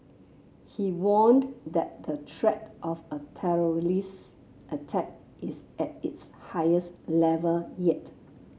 he warned that the threat of a terrorist attack is at its highest level yet